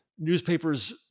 Newspapers